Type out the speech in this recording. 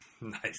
Nice